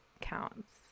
counts